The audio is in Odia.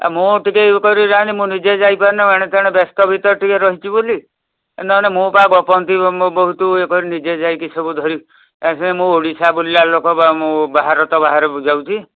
ଏ ମୁଁ ଟିକିଏ ଇଏ କରି ଯାଇନି ମୁଁ ନିଜେ ଯାଇପାରୁନି ଏଣେତେଣେ ବ୍ୟସ୍ତ ଭିତରେ ଟିକିଏ ରହିଛି ବୋଲି ଏ ନହେଲେ ମୁଁ ପରା ଗପନ୍ତି ବହୁତ ଇଏ କରି ନିଜେ ଯାଇକି ସବୁ ଧରି ଆସେ ମୁଁ ଓଡ଼ିଶା ବୁଲିଲା ଲୋକ ପରା ମୁଁ ବାହାରଟା ବାହାରକୁ ଯାଉଛି